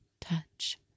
touch